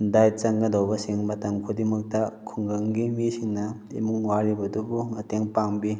diet ꯆꯪꯒꯗꯧꯕꯁꯤꯡ ꯃꯇꯝ ꯈꯨꯗꯤꯡꯃꯛꯇ ꯈꯨꯡꯒꯪꯒꯤ ꯃꯤꯁꯤꯡꯅ ꯏꯃꯨꯡ ꯋꯥꯔꯤꯕꯗꯨꯕꯨ ꯃꯇꯦꯡ ꯄꯥꯡꯕꯤ